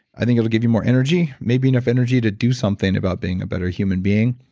i think it'll give you more energy, maybe enough energy to do something about being a better human being.